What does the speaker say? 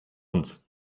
uns